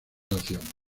nación